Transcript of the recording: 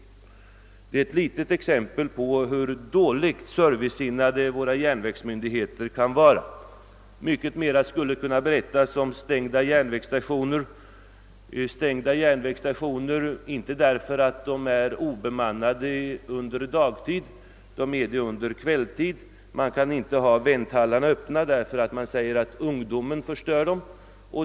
Detta är ett litet exempel på hur dåligt servicesinnade järnvägsmyndigheterna kan vara. Mycket mer skulle kunna berättas om stängda järnvägsstationer som är obemannade under kvällstid och då är stängda. Man kan inte ha vänthallar na Öppna, säger man, därför att ungdomen förstör dem.